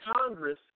Congress